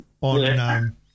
on